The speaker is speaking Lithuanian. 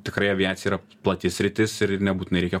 tikrai aviacija yra plati sritis ir nebūtinai reikia